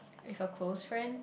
if a close friend